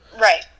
Right